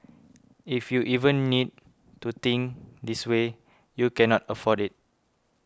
if you even need to think this way you cannot afford it